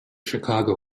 chicago